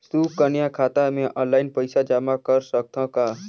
सुकन्या खाता मे ऑनलाइन पईसा जमा कर सकथव का?